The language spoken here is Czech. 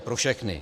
Pro všechny.